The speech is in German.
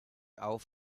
auf